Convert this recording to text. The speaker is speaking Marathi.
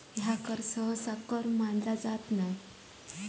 ह्या कर सहसा कर मानला जात नाय